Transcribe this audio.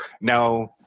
now